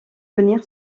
venir